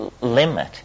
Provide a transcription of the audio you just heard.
limit